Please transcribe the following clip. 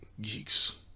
geeks